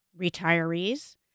retirees